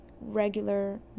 regular